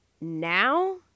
now